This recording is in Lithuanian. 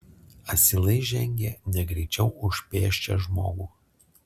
asilai žengė negreičiau už pėsčią žmogų